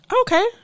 Okay